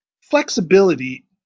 flexibility